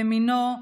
במינו,